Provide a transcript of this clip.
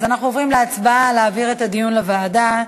אנחנו עוברים להצבעה על העברת הדיון לוועדה,